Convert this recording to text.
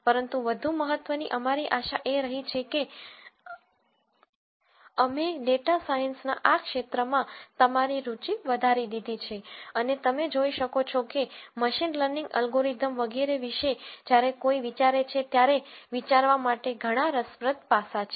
પરંતુ વધુ મહત્ત્વની અમારી આશા એ રહી છે કે અમે ડેટા સાયન્સ ના આ ક્ષેત્રમાં તમારી રુચિ વધારી દીધી છે અને તમે જોઈ શકો છો કે મશીન લર્નિંગ એલ્ગોરિધમ વગેરે વિશે જ્યારે કોઈ વિચારે છે ત્યારે વિચારવા માટે ઘણા રસપ્રદ પાસાં છે